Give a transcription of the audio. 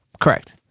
Correct